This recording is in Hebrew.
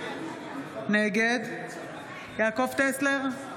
נגד יעקב טסלר,